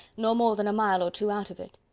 nor more than a mile or two out of it.